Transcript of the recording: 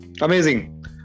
Amazing